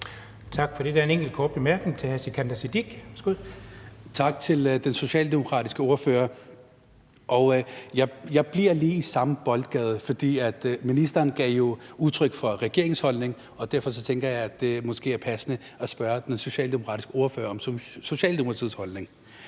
Tak for det. Der er en enkelt kort bemærkning til hr. Sikandar Siddique. Værsgo. Kl. 17:32 Sikandar Siddique (FG): Tak til den socialdemokratiske ordfører. Jeg bliver lige i samme boldgade, for ministeren gav jo udtryk for regeringens holdning, og derfor tænker jeg, at det måske er passende at spørge den socialdemokratiske ordfører om Socialdemokratiets holdning.